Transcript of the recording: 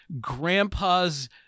Grandpa's